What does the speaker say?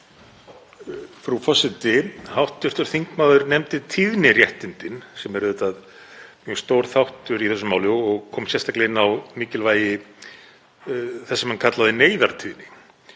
Frú forseti. Hv. þingmaður nefndi tíðniréttindi, sem eru auðvitað mjög stór þáttur í þessu máli, og kom sérstaklega inn á mikilvægi þess sem hann kallaði neyðartíðni